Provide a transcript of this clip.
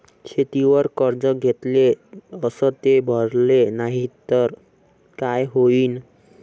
शेतीवर कर्ज घेतले अस ते भरले नाही तर काय होईन?